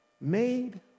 Made